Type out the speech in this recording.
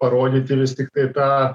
parodyti vis tiktai tą